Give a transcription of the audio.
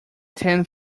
ten